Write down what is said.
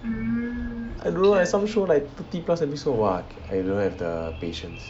I don't know leh some show like fifty plus episode !wah! I don't have the patience